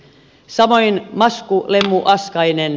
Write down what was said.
samoin lasku oli muka askainen